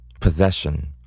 possession